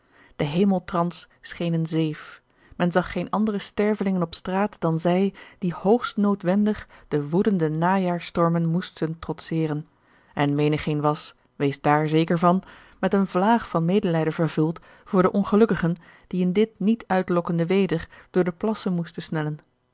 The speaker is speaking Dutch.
de hemeltrans scheen eene zeef men zag geene andere stervelingen op straat dan zij die hoogst noodwendig de woedende najaarsstormen moesten trotseren en menigeen was wees daar zeker van met eene vlaag van medelijden vervuld voor de ongelukkigen die in dit niet uitlokkende weder door de plassen moesten snellen